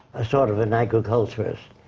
a sort of an agriculturist.